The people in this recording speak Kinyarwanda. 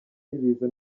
y’ibiza